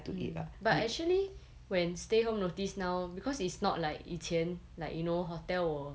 mm but actually when stay home notice now because it's not like 以前 like you know hotel will